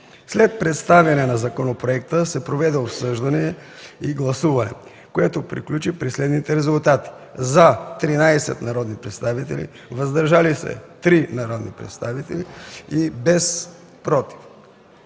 След представяне на законопроекта се проведе обсъждане и гласуване, което приключи при следните резултати: „за” – 13 народни представители, „въздържали се”– 3 народни представители, без „против”.